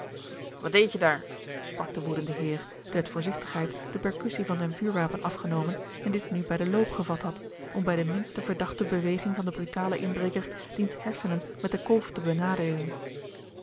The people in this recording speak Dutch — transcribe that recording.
wat deedt je daar sprak de woedende heer die uit voorzigtigheid de percussie van zijn vuurwapen afgenomen en dit nu bij den loop gevat had om bij de minste verdachte beweging van den brutalen inbreker diens hersenen met de kolf te benadeelen